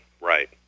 right